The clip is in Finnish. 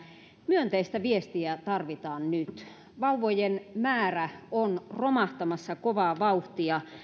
myönteistä viestiä tarvitaan nyt vauvojen määrä on romahtamassa kovaa vauhtia